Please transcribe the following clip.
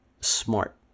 smart